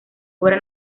obra